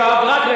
ישבת בכיסא הזה.